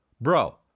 Bro